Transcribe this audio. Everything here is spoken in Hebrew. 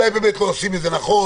אולי לא עושים את זה נכון,